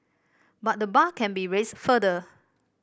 but the bar can be raised further